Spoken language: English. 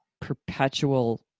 perpetual